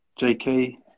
JK